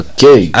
Okay